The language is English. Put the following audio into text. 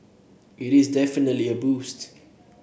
it is definitely a boost